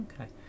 Okay